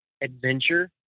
adventure